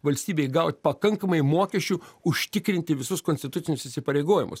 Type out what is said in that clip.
valstybei gaut pakankamai mokesčių užtikrinti visus konstitucinius įsipareigojimus